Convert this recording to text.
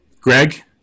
Greg